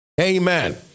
Amen